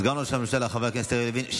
סגן ראש הממשלה חבר הכנסת יריב לוין.